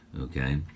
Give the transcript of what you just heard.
okay